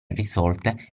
risolte